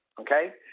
Okay